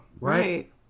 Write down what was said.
right